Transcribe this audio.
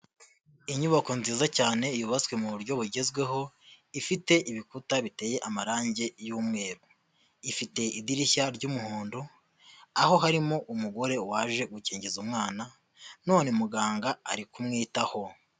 Inyubako nziza cyane yubatswe mu buryo bugezweho ifite ibikuta biteye amarange y'umweru, ifite idirishya ry'umuhondo aho harimo umugore waje gukingiza umwana none muganga ari kumwitaho.